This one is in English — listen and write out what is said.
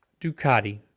Ducati